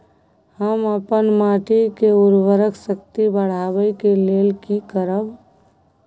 हम अपन माटी के उर्वरक शक्ति बढाबै लेल की करब?